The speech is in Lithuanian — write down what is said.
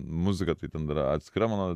muziką tai ten yra atskira mano